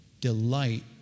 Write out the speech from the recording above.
delight